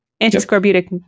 antiscorbutic